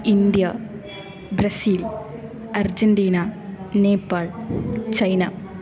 India Brazil Argentina Nepal China